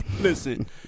listen